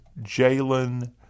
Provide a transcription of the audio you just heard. Jalen